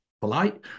polite